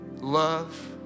love